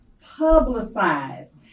publicized